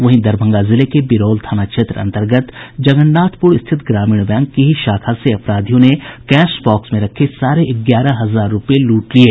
वहीं दरभंगा जिले के बिरौल थाना क्षेत्र अंतर्गत जगन्नाथपुर स्थित ग्रामीण बैंक की ही शाखा से अपराधियों ने कैश बॉक्स में रखे साढ़े ग्यारह हजार रूपये लूट लिये